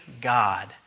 God